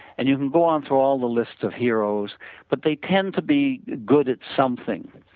and you can go on through all the list of heroes but they tend to be good at something.